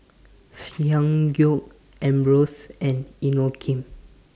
Ssangyong Ambros and Inokim